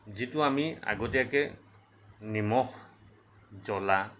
যিটো আমি আগতীয়াকৈ নিমখ জ্বলা